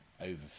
Over